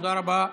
תודה רבה.